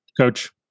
Coach